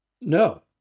No